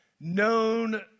known